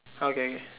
okay okay